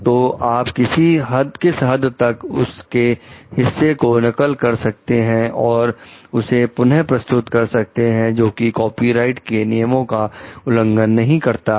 तो आप किस हद तक उसके हिस्से को नकल कर सकते हैं और उसे पुनः प्रस्तुत कर सकते हैं जो कि कॉपीराइट के नियम का उल्लंघन नहीं करता है